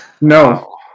No